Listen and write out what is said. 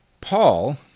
Paul